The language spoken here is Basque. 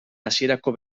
hasierako